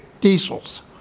diesels